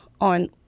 on